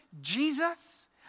Jesus